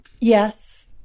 Yes